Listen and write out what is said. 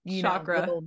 chakra